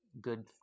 good